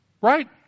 Right